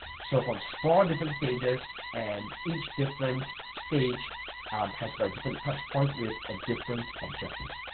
so from so four and different stages and each different stage has got a different touch point with a different objective,